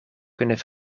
kunnen